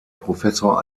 professor